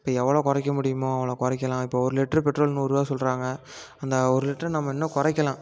இப்போ எவ்வளோ குறைக்க முடியுமோ அவ்வளோ குறைக்கலாம் இப்போ ஒரு லிட்ரு பெட்ரோல் நூறுரூபா சொல்கிறாங்க அந்த ஒரு லிட்டரை நம்ம இன்னும் குறைக்கலாம்